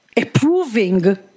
approving